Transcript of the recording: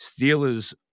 Steelers